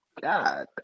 God